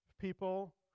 people